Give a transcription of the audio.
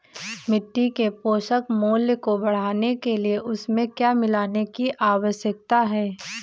मिट्टी के पोषक मूल्य को बढ़ाने के लिए उसमें क्या मिलाने की आवश्यकता है?